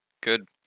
good